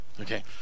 Okay